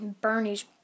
Bernie's